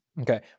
Okay